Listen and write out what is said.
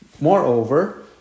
Moreover